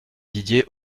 didier